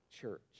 church